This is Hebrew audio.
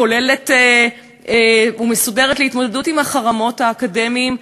כוללת ומסודרת להתמודדות עם החרמות האקדמיים,